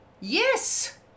Yes